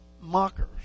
mockers